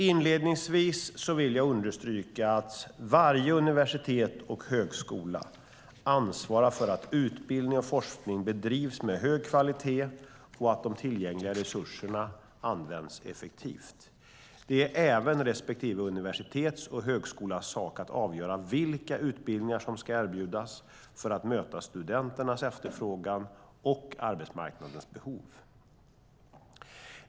Inledningsvis vill jag understryka att varje universitet och högskola ansvarar för att utbildning och forskning bedrivs med hög kvalitet och att de tillgängliga resurserna används effektivt. Det är även respektive universitets och högskolas sak att avgöra vilka utbildningar som ska erbjudas för att möta studenternas efterfrågan och arbetsmarknadens behov.